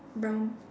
brown